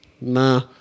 nah